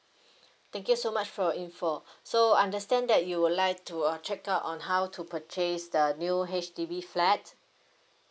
thank you so much for your info so understand that you would like to uh check out on how to purchase the new H_D_B flat